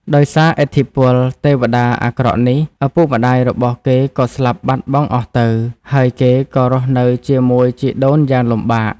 ដោយសារឥទ្ធិពលទេវតាអាក្រក់នេះ ឪពុកម្តាយរបស់គេក៏ស្លាប់បាត់បង់អស់ទៅ ហើយគេក៏រស់នៅជាមួយជីដូនយ៉ាងលំបាក។